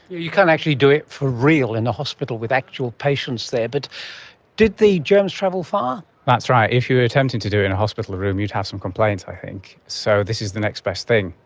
you you can't actually do it for real in a hospital with actual patients there. but did the germs travel far? that's right, if you are attempting to do it in a hospital room you'd have some complaints i think. so this is the next best thing.